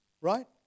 right